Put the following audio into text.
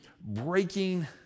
breaking